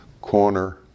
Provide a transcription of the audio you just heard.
corner